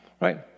right